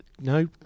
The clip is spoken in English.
No